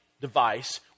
device